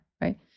right